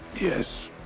Yes